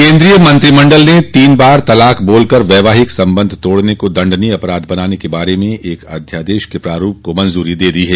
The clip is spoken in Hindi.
केन्द्रीय मंत्रिमंडल ने तीन बार तलाक बोलकर वैवाहिक संबंध तोड़ने को दंडनीय अपराध बनाने के बारे में एक अध्यादेश के प्रारूप को मंजूरी दे दी है